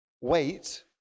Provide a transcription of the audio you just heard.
Wait